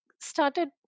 started